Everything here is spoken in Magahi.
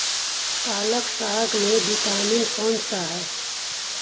पालक साग में विटामिन कौन सा है?